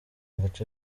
agace